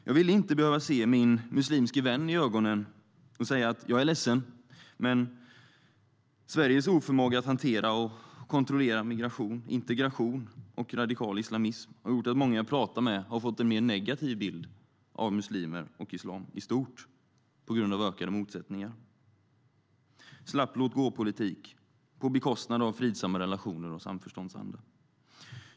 Jag vill inte behöva se min muslimske vän i ögonen och säga: Jag är ledsen, men Sveriges oförmåga att hantera och kontrollera migration, integration och radikal islamism har gjort att många jag pratar med fått en mer negativ bild av muslimer och islam i stort - på grund av ökade motsättningar och slapp låtgåpolitik och på bekostnad av fridsamma relationer och samförståndsanda.